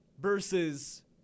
versus